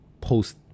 post